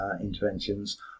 interventions